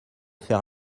faire